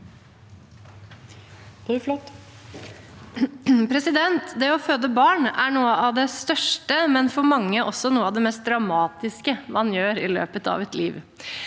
Bruflot (H) Det å føde barn er noe av det største, men for mange også noe av det mest dramatiske man gjør i løpet av et liv.